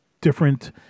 different